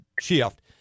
shift